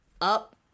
up